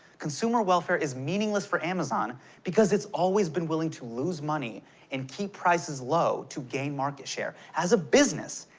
consumer welfare is meaningless for amazon because it's always been willing to lose money and keep prices low to gain market share. as a business,